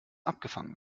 abgefangen